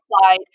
applied